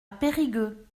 périgueux